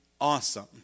awesome